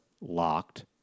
locked